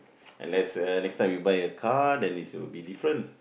unless uh next time you buy a car then it's will be different